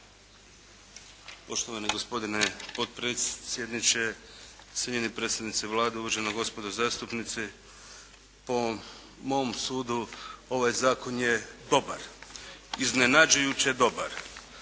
Poštovani gospodine potpredsjedniče, cijenjeni predstavnici Vlade, uvaženi gospodo zastupnici. Po ovom mom sudu ovaj zakon je dobar, iznenađujuće dobar.